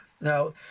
Now